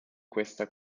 questa